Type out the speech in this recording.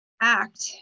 act